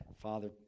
Father